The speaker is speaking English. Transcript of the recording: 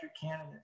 candidate